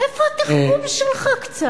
איפה התחכום שלך קצת?